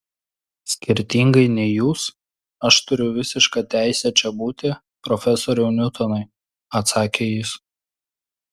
skirtingai nei jūs aš turiu visišką teisę čia būti profesoriau niutonai atsakė jis